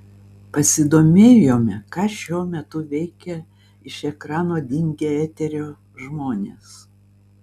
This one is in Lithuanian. pasidomėjome ką šiuo metu veikia iš ekrano dingę eterio žmonės